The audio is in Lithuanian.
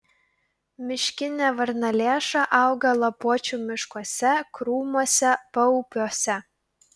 miškinė varnalėša auga lapuočių miškuose krūmuose paupiuose